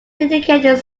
dedicated